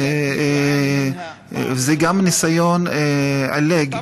ניסיון עילג,